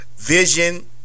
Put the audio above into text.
vision